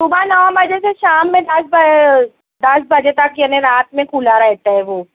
صبح نو بجے سے شام میں دس دس بجے تک یعنی رات میں کھلا رہتا ہے وہ